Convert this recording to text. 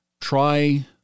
Try